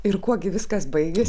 ir kuo gi viskas baigės